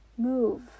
move